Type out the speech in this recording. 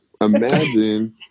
Imagine